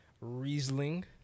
Riesling